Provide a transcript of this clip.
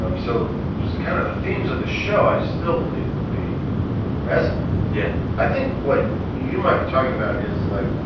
um so kind of the themes of the show, i still believe, would be resonant yeah i think what you might be talking about is, like,